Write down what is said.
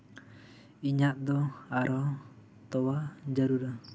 ᱤᱧᱟᱹᱜ ᱫᱚ ᱟᱨᱚ ᱛᱚᱣᱟ ᱡᱟᱹᱨᱩᱲᱟ